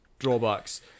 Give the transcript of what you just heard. drawbacks